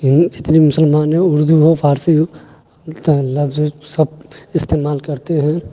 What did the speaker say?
جتنے مسلمان ہیں اردو ہو فارسی ہو لفظ سب استعمال کرتے ہیں